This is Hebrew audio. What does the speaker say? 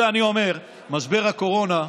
אני אומר, משבר הקורונה,